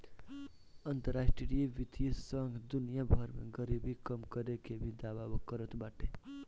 अंतरराष्ट्रीय वित्तीय संघ दुनिया भर में गरीबी कम करे के भी दावा करत बाटे